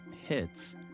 hits